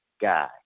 guy